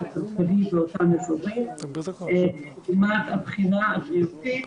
הכלכלי באותם אזורים לעומת הבחינה הבריאותית,